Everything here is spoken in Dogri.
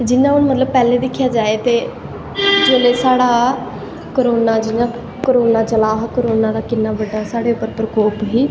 जिसलै हून पैह्लैं दिक्खेआ जाए ते जेह्ड़ा साढ़ा करोना चला जदा हा करोना किन्नां बड्डा साढ़े पर परकोप हा